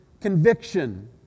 conviction